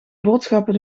boodschappen